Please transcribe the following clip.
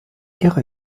ihre